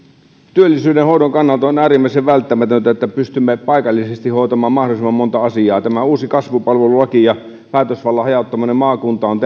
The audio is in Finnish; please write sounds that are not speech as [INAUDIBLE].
työllisyyden hoidon kannalta on äärimmäisen välttämätöntä että pystymme paikallisesti hoitamaan mahdollisimman monta asiaa tämä uusi kasvupalvelulaki ja päätösvallan hajauttaminen maakuntaan on [UNINTELLIGIBLE]